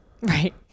Right